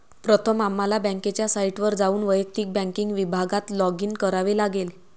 प्रथम आम्हाला बँकेच्या साइटवर जाऊन वैयक्तिक बँकिंग विभागात लॉगिन करावे लागेल